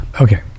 okay